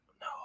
No